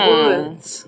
Woods